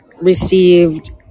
received